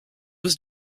was